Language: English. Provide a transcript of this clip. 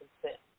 consent